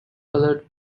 coloured